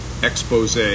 expose